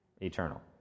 Eternal